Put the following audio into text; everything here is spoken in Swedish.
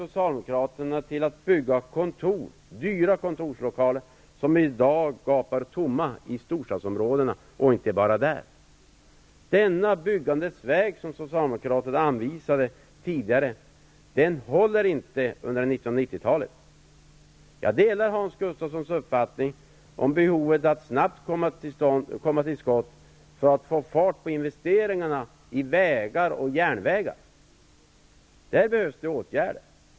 Socialdemokraterna till att bygga dyra kontorslokaler, som i dag gapar tomma i storstäderna -- och inte bara där. Denna byggandets väg, som Socialdemokraterna anvisade tidigare, håller inte på 1990-talet. Jag delar Hans Gustafssons uppfattning om behovet av att snabbt komma till skott för att få fart på investeringar i vägar och järnvägar. Där behövs det åtgärder.